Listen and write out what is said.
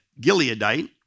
Gileadite